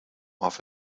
off